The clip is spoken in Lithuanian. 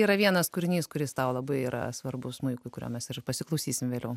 yra vienas kūrinys kuris tau labai yra svarbus smuikui kurio mes pasiklausysim vėliau